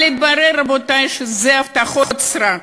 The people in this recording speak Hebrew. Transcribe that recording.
אבל התברר, רבותי, שאלה הבטחות סרק,